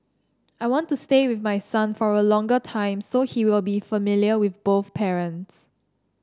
I want to stay with my son for a longer time so he will be familiar with both parents